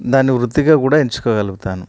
దాన్ని వృత్తిగా కూడా ఎంచుకోగలుగుతాను